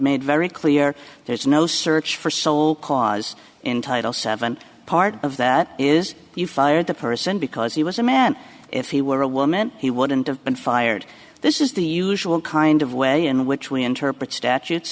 made very clear there's no search for soul cause in title seven part of that is you fired the person because he was a man if he were a woman he wouldn't have been fired this is the usual kind of way in which we interpret statutes